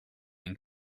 and